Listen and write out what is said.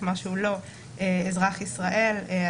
שהוא לא אזרח ישראלי,